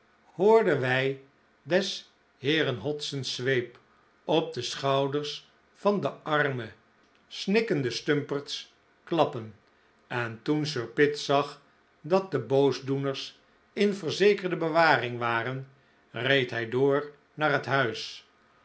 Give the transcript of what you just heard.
hoorden wij des heeren hodson's zweep op de schouders van de arme snikkende stumperds klappen en toen sir pitt zag dat de boosdoeners in verzekerde bewaring waren reed hij door naar het huis